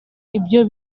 ibyo